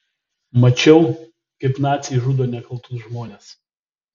mačiau kaip naciai žudo nekaltus žmones